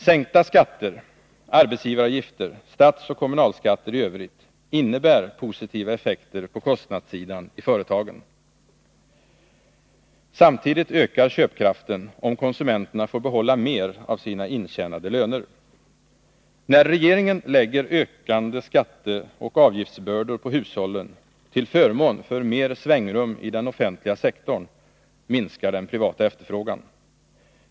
Sänkta skatter — arbetsgivaravgifter och statsoch kommunalskatter i Övrigt — innebär positiva effekter på kostnadssidan i företagen. Samtidigt ökar köpkraften, om konsumenterna får behålla mer av sina intjänade löner. När regeringen lägger ökande skatteoch avgiftsbördor på hushållen till förmån för mer svängrum i den offentliga sektorn, minskar den privata efterfrågan.